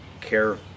care